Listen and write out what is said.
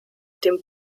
dem